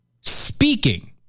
speaking